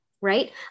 right